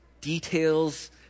details